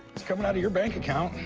it's coming out of your bank account.